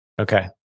Okay